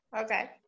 okay